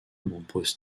nombreuses